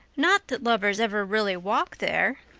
not that lovers ever really walk there,